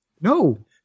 No